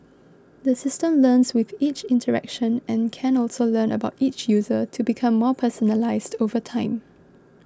the system learns with each interaction and can also learn about each user to become more personalised over time